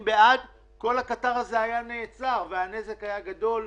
לדאוג לכך שכל הקצבאות והמענקים יהיו בחזקת הזכאים,